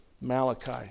Malachi